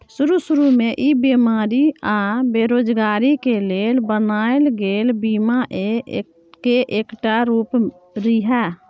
शरू शुरू में ई बेमारी आ बेरोजगारी के लेल बनायल गेल बीमा के एकटा रूप रिहे